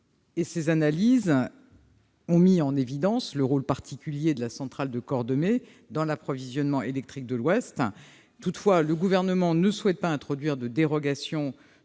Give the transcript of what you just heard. ces analyses ont mis en lumière le rôle particulier de la centrale de Cordemais dans l'approvisionnement électrique de l'ouest. Le Gouvernement ne souhaite pas introduire dans la loi